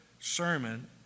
sermon